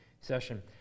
session